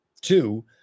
Two